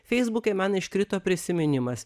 feisbuke man iškrito prisiminimas